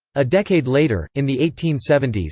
a decade later, in the eighteen seventy s,